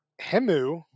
Hemu